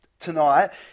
tonight